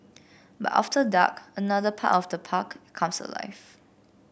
but after dark another part of the park comes alive